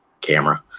camera